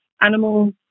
animals